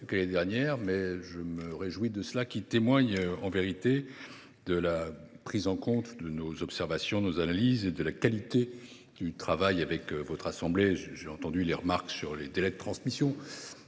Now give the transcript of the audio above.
dernière, mais je me félicite de la prise en compte de nos observations, de nos analyses et de la qualité du travail mené avec votre assemblée. J’ai entendu les remarques sur les délais de transmission,